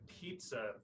pizza